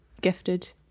gifted